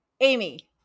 Amy